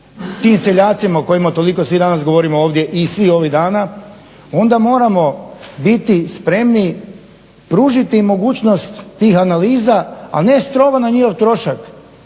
tim seljacima o kojima toliko svi danas govorimo ovdje i svih ovih dana, onda moramo biti spremni pružiti mogućnost tih analiza, a ne strogo na njihov trošak